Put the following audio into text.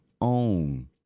own